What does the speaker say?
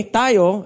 tayo